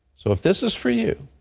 so if this is for you,